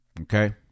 Okay